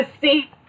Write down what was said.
See